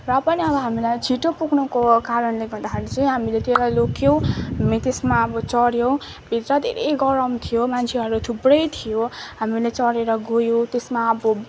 र पनि अब हामीलाई छिटो पुग्नुको कारणले गर्दाखेरि चाहिँ हामीले त्यसलाई रोक्यौँ हामी त्यसमा अब चढ्यौँ भित्र धेरै गरम थियो मान्छेहरू थुप्रै थियो हामीले चढेर गयो त्यसमा अब